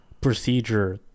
procedure